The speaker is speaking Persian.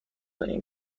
این